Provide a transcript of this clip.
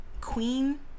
queen